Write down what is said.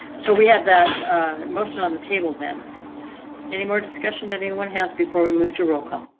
so we have that mostly on the table. then any more discussion than anyone has before we moved to roll call.